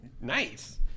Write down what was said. nice